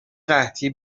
قحطی